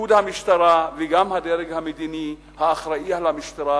ופיקוד המשטרה וגם הדרג המדיני האחראי למשטרה